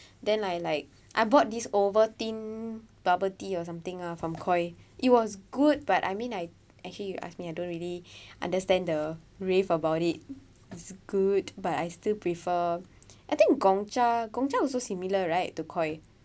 then I like I bought this ovaltine bubble tea or something ah from Koi it was good but I mean I actually you ask me I don't really understand the rave about it it's good but I still prefer I think Gongcha Gongcha also similar right to Koi